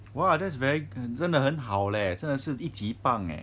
!wah! that's very 真的很好咧真的是一级棒诶